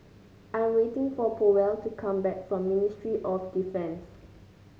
I am waiting for Powell to come back from Ministry of Defence